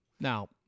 Now